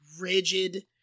rigid